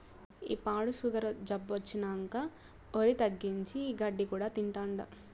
ఈ పాడు సుగరు జబ్బొచ్చినంకా ఒరి తగ్గించి, ఈ గడ్డి కూడా తింటాండా